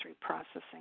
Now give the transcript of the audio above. processing